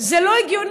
זה לא הגיוני.